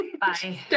Bye